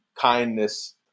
kindness